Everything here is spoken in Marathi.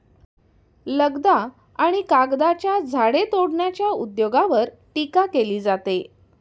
लगदा आणि कागदाच्या झाडे तोडण्याच्या उद्योगावर टीका केली जाते